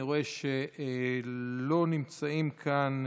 אני רואה שלא נמצאים כאן,